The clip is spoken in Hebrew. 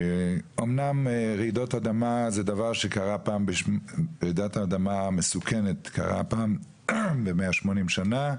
אמנם רעידות אדמה זה דבר שרעידת אדמה מסוכנת קרה פעם ב-180 שנה,